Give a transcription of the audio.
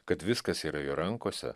kad viskas yra jo rankose